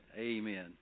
Amen